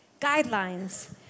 guidelines